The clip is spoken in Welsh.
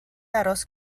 aros